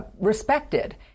respected